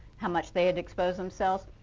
how much they and exposed themselves,